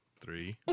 three